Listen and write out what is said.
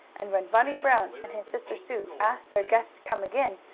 and when bunny brown and his sister sue asked their guests to come again,